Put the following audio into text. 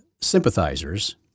Sympathizers